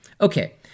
Okay